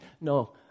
no